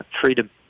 freedom